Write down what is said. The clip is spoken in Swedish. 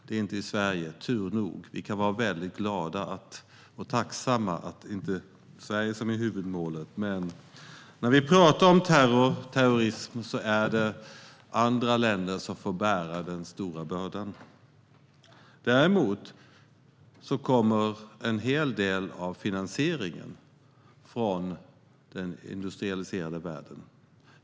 Det är inte i Sverige, som tur är. Vi kan vara väldigt glada och tacksamma över att det inte är Sverige som är huvudmålet. När vi talar om terrorism är det andra länder som får bära den stora bördan. Däremot kommer en hel del av finansieringen från den industrialiserade världen.